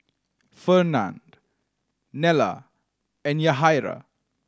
Fernand Nella and Yahaira